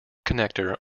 connector